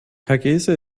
hargeysa